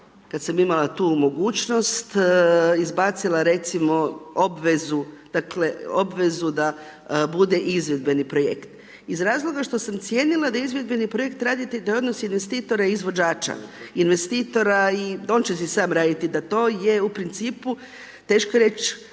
kada sam imala tu mogućnost, izbacila recimo, obvezu, obvezu da bude izvedbeni projekt. Iz razloga što sam cijenila da je izvedbeni projekt, da je odnos investitora i izvođača, investitora i on će si sam raditi, da to je u principu, teško reći,